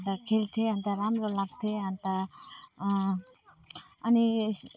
अन्त खेल्थेँ अन्त राम्रो लाग्थेँ अन्त अनि